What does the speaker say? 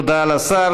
תודה לשר.